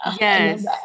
Yes